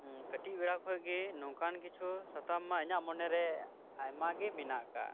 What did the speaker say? ᱠᱟᱹᱴᱤᱡ ᱵᱮᱲᱟ ᱠᱷᱚᱡ ᱜᱮ ᱱᱚᱝᱠᱟᱱ ᱠᱤᱪᱷᱩ ᱥᱟᱛᱟᱢᱼᱢᱟ ᱤᱧᱟᱹ ᱢᱚᱱᱮ ᱨᱮ ᱟᱭᱢᱟ ᱜᱮ ᱢᱮᱱᱟᱜ ᱟᱠᱟᱫ